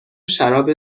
شراب